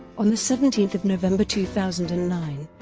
on seventeen november two thousand and nine,